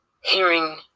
Hearing